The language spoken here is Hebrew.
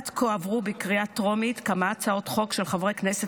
עד כה עברו בקריאה טרומית כמה הצעות חוק של חברי כנסת